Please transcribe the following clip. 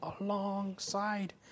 alongside